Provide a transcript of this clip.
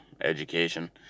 education